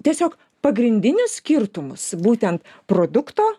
tiesiog pagrindinis skirtumas būtent produkto